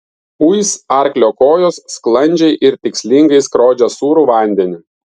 uis arklio kojos sklandžiai ir tikslingai skrodžia sūrų vandenį